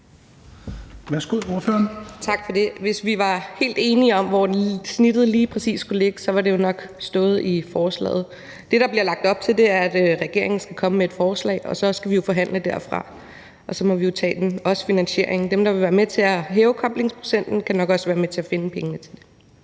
Scheelsbeck (KF): Tak for det. Hvis vi var helt enige om, lige præcis hvor snittet skulle ligge, havde det jo nok stået i forslaget. Det, der bliver lagt op til, er, at regeringen skal komme med et forslag, og at vi jo så skal forhandle derfra, og så må vi jo også tage finansieringen der; de, der vil være med til at hæve koblingsprocenten, kan nok også være med til at finde pengene til det.